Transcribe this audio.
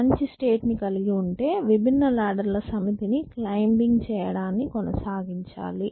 మంచి స్టేట్ ని కలిగి ఉంటే విభిన్న లాడర్ ల సమితి ని క్లైంబింగ్ చేయడాన్ని కొనసాగించాలి